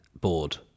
board